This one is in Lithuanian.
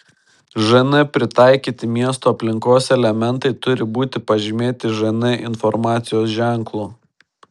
žn pritaikyti miesto aplinkos elementai turi būti pažymėti žn informacijos ženklu